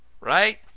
right